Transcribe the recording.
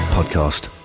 Podcast